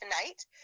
tonight